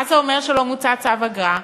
מה זה אומר שלא מוצא צו אגרה?